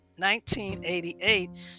1988